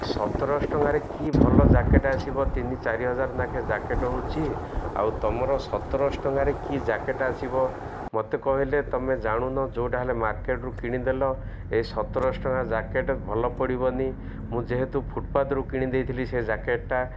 ସତରଶହ ଟଙ୍କାରେ କି ଭଲ ଜ୍ୟାକେଟ୍ ଆସିବ ତିନି ଚାରି ହଜାର ନାଖେ ଜ୍ୟାକେଟ୍ ହେଉଛି ଆଉ ତମର ସତରଶହ ଟଙ୍କାରେ କି ଜ୍ୟାକେଟ୍ ଆସିବ ମୋତେ କହିଲେ ତୁମେ ଜାଣୁନ ଯେଉଁଟା ହେଲେ ମାର୍କେଟ୍ରୁ କିଣିଦେଲ ଏ ସତରଶହ ଟଙ୍କା ଜ୍ୟାକେଟ୍ ଭଲ ପଡ଼ିବନି ମୁଁ ଯେହେତୁ ଫୁଟପାଥରୁ କିଣିଦେଇଥିଲି ସେ ଜ୍ୟାକେଟ୍ଟା